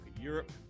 europe